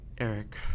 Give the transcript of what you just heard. Eric